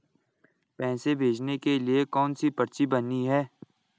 पैसे भेजने के लिए कौनसी पर्ची भरनी है?